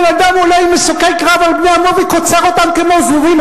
פה בן-אדם עולה עם מסוקי קרב על בני עמו וקוצר אותם כמו זבובים,